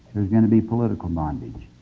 there is going to be political bondage.